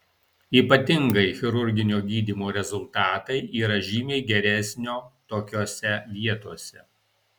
ypatingai chirurginio gydymo rezultatai yra žymiai geresnio tokiose vietose